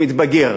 כשהוא מתבגר.